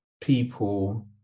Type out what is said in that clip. people